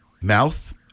mouth